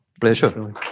Pleasure